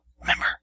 Remember